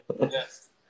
Yes